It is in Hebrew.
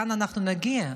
לאן אנחנו נגיע?